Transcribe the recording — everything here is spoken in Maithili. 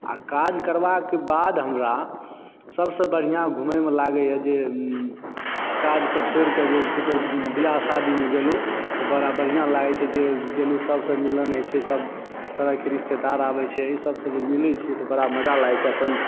आ काज करबाक बाद हमरा सभसँ बढ़िआँ घुमयमे लागयए जे काजकऽ छोड़िकऽ जे कतहुँ बिआह शादीमे गेलहुँ तऽ बड़ा बढ़िआँ लागैत छै जे चलु सभसँ मिलन होइ छै सभ तरहकेँ रिश्तेदार आबैत छै हमसब जे मिलय छियै तऽ बड़ा मजा आबैत छै